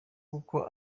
kuko